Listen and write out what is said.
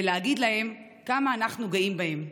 ולהגיד להם כמה אנחנו גאים בהם.